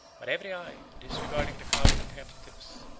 but every eye, disregarding the crowd of captives,